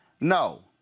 No